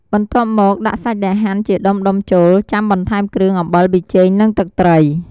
បន្ទាប់មកដាក់សាច់ដែលហាន់ជាដុំៗចូល ចាំបន្ថែមគ្រឿង អំបិល ប៑ីចេង និងទឹកត្រី។